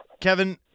Kevin